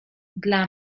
dla